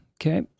Okay